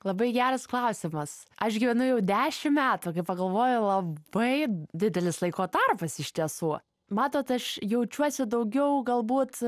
labai geras klausimas aš gyvenu jau dešim metų kai pagalvoju labai didelis laiko tarpas iš tiesų matot aš jaučiuosi daugiau galbūt